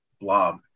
blob